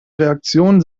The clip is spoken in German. reaktionen